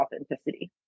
authenticity